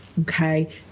Okay